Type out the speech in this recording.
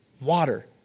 Water